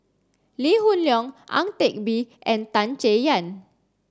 Lee Hoon Leong Ang Teck Bee and Tan Chay Yan